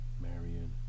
Marion